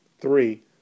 Three